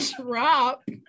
drop